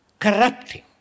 corrupting